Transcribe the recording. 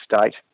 state